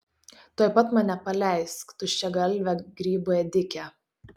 tuoj pat mane paleisk tuščiagalve grybų ėdike